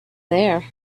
there